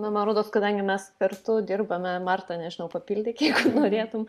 na man rodos kadangi mes kartu dirbame marta nežinau papildyk jeigu norėtum